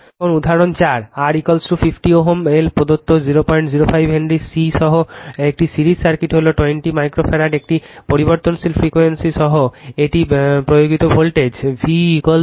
এখন উদাহরণ 4 R50 Ω Lপ্রদত্ত 005 হেনরি C সহ একটি সিরিজ সার্কিট হল 20 মাইক্রো ফ্যারাড একটি পরিবর্তনশীল ফ্রিকোয়েন্সি সহ একটি প্রয়োগিত ভোল্টেজ V100 কোণ 0 ভোল্ট